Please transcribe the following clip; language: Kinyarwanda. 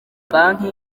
banki